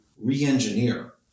re-engineer